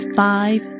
five